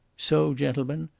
so, gentlemen,